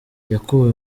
yakuwe